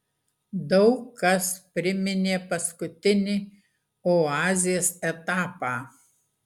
daug kas priminė paskutinį oazės etapą